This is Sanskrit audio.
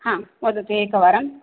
हा वदतु एकवारं